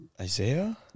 Isaiah